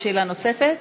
יש שאלה נוספת?